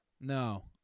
No